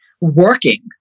working